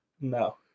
No